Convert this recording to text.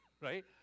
right